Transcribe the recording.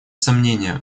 сомнения